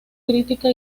crítica